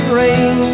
rain